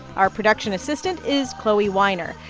our production assistant is chloe weiner.